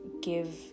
give